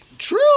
True